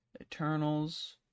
Eternals